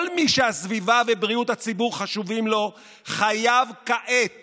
כל מי שהסביבה ובריאות הציבור חשובים לו חייב כעת